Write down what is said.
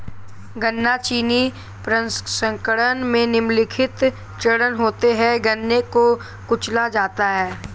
गन्ना चीनी प्रसंस्करण में निम्नलिखित चरण होते है गन्ने को कुचला जाता है